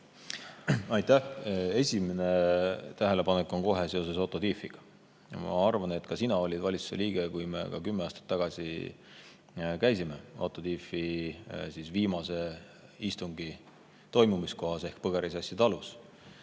Aitäh! Esimene tähelepanek on kohe seoses Otto Tiefiga. Ma arvan, et ka sina olid valitsuse liige, kui me kümme aastat tagasi käisime Otto Tiefi viimase valitsuse istungi toimumise kohas ehk Põgari-Sassi [külas].